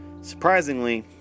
surprisingly